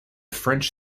french